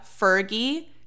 Fergie